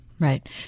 Right